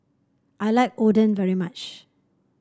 I like Oden very much